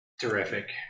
Terrific